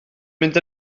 mynd